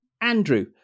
Andrew